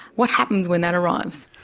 what happens when that arrives?